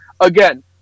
Again